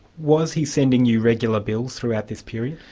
was he sending you regular bills throughout this period?